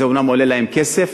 זה אומנם עולה להן כסף,